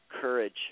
Courage